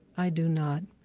i do not,